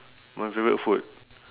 my favourite food